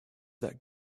that